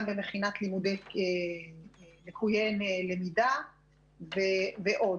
גם במכינת לימודי לקויי למידה ועוד.